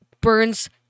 burns